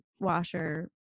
washer